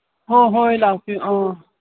ꯍꯣꯏ ꯍꯣꯏ ꯂꯥꯛꯄꯤꯌꯨ ꯑꯥ